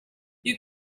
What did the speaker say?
you